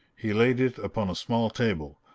he laid it upon a small table,